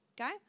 okay